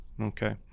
Okay